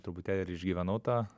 truputėlį ir išgyvenau tą